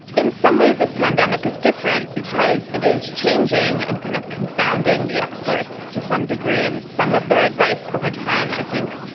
in some ways, this pandemic is different because it is changing and kind of confounding the experts to some degree and some of their advice over time. i think,